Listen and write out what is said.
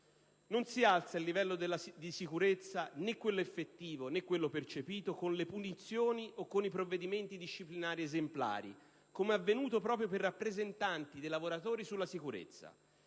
Non si alza il livello di sicurezza, né quello effettivo né quello percepito, con le punizioni o con i provvedimenti disciplinari esemplari, come è avvenuto proprio per i rappresentanti dei lavoratori sulla sicurezza.